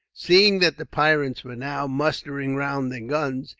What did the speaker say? seeing that the pirates were now mustering round their guns,